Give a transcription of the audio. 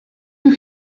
you